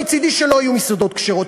מצדי שלא יהיו מסעדות כשרות,